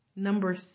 Number